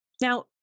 Now